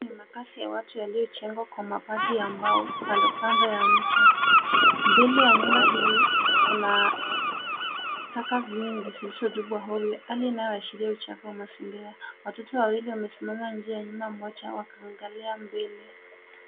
Makazi ya watu yaliyojengwa kwa mabati na mbao kando kando ya mto. Mbele ya nyumba hizo, kuna taka nyingi zilizotupwa ovyo, hali inayoashiria uchafu wa mazingira. Watoto wawili wamesimama nje ya nyumba, mmoja akiangalia mbele.